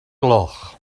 gloch